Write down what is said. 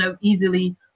easily